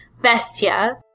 Bestia